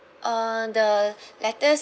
uh the lettuce